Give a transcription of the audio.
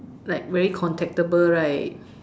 like very contactable right